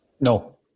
No